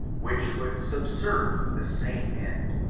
which would subserve the same end.